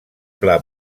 pla